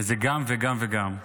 --- זה גם וגם וגם.